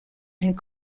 and